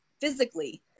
physically